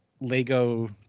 lego